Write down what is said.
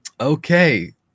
Okay